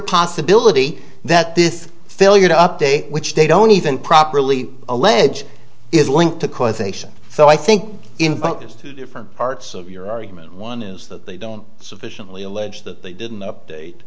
possibility that this failure to update which they don't even properly allege is linked to causation so i think there's two different parts of your argument one is that they don't sufficiently allege that they didn't update